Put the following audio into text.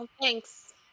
Thanks